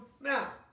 now